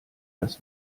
das